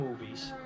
movies